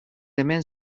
hemen